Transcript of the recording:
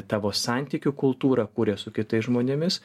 tavo santykių kultūrą kuria su kitais žmonėmis